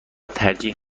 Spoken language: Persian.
ترجیح